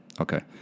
okay